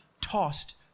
tossed